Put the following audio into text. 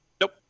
nope